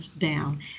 Down